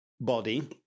body